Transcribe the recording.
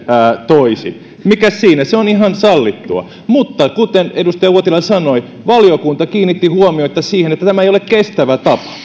toisin mikäs siinä se on ihan sallittua mutta kuten edustaja uotila sanoi valiokunta kiinnitti huomiota siihen että tämä ei ole kestävä tapa